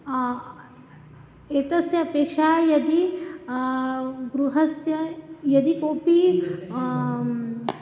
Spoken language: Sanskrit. एतस्य अपेक्षा यदि गृहस्य यदि कोपि